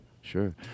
Sure